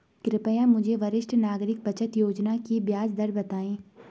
कृपया मुझे वरिष्ठ नागरिक बचत योजना की ब्याज दर बताएँ